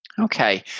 Okay